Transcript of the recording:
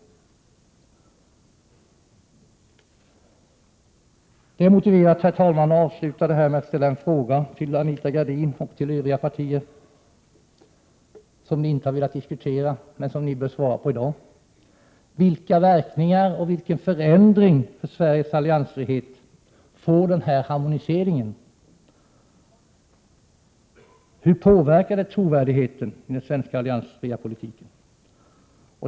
Det är motiverat att avsluta detta anförande med att ställa en fråga till Anita Gradin och till företrädare för övriga partier, en fråga som ni inte har velat diskutera men som ni bör svara på i dag. Vilka verkningar och vilken förändring för Sveriges alliansfrihet får harmoniseringen? Hur påverkar den trovärdigheten för den svenska alliansfria politiken?